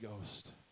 Ghost